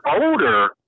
older